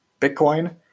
Bitcoin